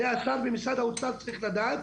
זה השר במשרד האוצר צריך לדעת,